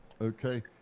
okay